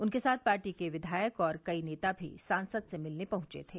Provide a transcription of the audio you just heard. उनके साथ पार्टी के विधायक और कई नेता भी सांसद से मिलने पहुंचे थे